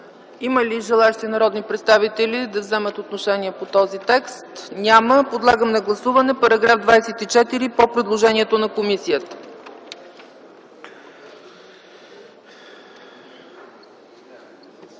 Има ли желаещи народни представители да вземат отношение по този текст? Няма. Подлагам на гласуване § 24 по предложението на комисията.